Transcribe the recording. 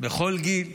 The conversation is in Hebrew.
בכל גיל?